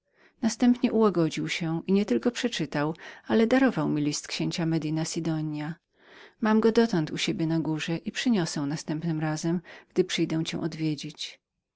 następnie ułagodził się i nie tylko przeczytał ale darował mi list księcia medina sidonia mam go dotąd u siebie na górze i przyniosę pierwszy raz co przyjdę cię odwiedzić